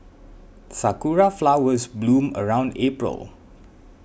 sakura flowers bloom around April